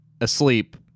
asleep